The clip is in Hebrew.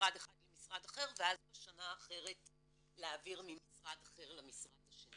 ממשרד אחד למשרד אחר ואז בשנה האחרת להעביר ממשרד אחר למשרד השני.